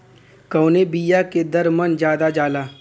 कवने बिया के दर मन ज्यादा जाला?